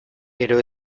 ere